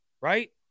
right